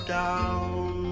down